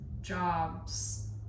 jobs